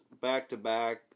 back-to-back